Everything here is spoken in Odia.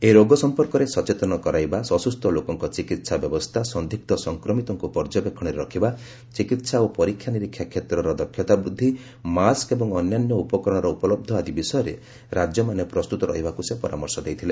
ଏହି ରୋଗ ସମ୍ପର୍କରେ ସଚେତନ କରାଇବା ଅସୁସ୍ଥ ଲୋକଙ୍କ ଚିକିତ୍ସା ବ୍ୟବସ୍ଥା ସନ୍ଦିଗ୍ନ ସଂକ୍ରମିତଙ୍କୁ ପର୍ଯ୍ୟବେକ୍ଷଣରେ ରଖିବା ଚିକିତ୍ସା ଓ ପରୀକ୍ଷାନିରୀକ୍ଷା କ୍ଷେତ୍ରର ଦକ୍ଷତା ବୃଦ୍ଧି ମାସ୍କ ଏବଂ ଅନ୍ୟାନ୍ୟ ଉପକରଣର ଉପଲବ୍ଧ ଆଦି ବିଷୟରେ ରାଜ୍ୟମାନେ ପ୍ରସ୍ତୁତ ରହିବାକୁ ସେ ପରାମର୍ଶ ଦେଇଥିଲେ